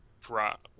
drop